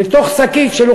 תוך שקית של